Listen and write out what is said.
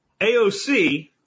AOC